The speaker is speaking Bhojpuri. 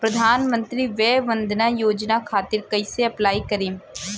प्रधानमंत्री वय वन्द ना योजना खातिर कइसे अप्लाई करेम?